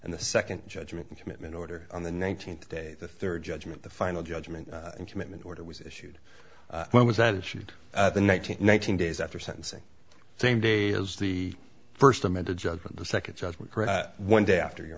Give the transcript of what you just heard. and the second judgement commitment order on the nineteenth day the third judgment the final judgment and commitment order was issued when was that issued the nine hundred nineteen days after sentencing same day as the first amended judgment the second judgment one day after you're